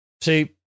See